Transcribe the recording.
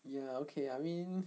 ya okay I mean